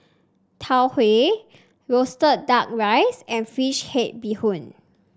Tau Huay roasted duck rice and fish head Bee Hoon